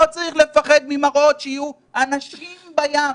לא צריך לפחד ממראות של אנשים בים.